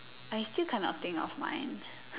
I still kind of think of mine